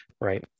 right